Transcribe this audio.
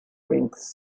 rings